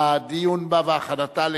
נתקבלה.